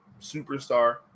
superstar